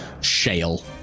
shale